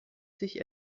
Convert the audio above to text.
sich